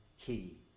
key